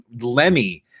Lemmy